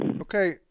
Okay